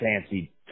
fancy